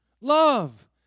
Love